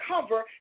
cover